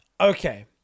Okay